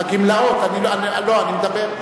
הגמלאות, אני מדבר.